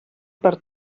per